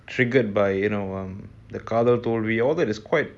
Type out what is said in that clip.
triggered by the இந்தகாதல்தோல்வியோ:indha kadhal tholvio ya it is quite